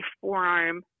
forearm